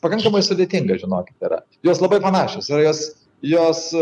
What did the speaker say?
pakankamai sudėtinga žinokit yra jos labai panašios ar jos jos